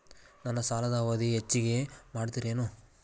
ನನ್ನ ಸಾಲದ ಅವಧಿ ಹೆಚ್ಚಿಗೆ ಮಾಡ್ತಿರೇನು?